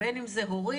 בין אם זה הורים,